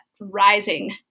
rising